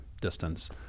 distance